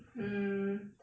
um